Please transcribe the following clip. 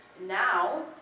Now